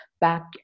back